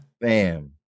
Bam